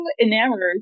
enamored